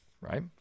right